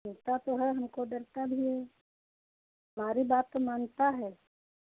तो है हमको डरता भी है हमारी बात तो मानता है